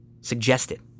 suggested